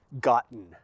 gotten